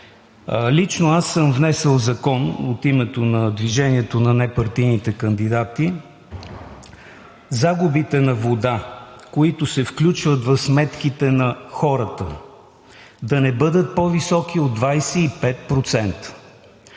Лично аз съм внесъл закон от името на непартийните кандидати. Загубите на вода, които се включват в сметките на хората, да не бъдат по-високи от 25%.